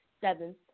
seventh